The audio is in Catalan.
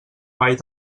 vall